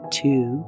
two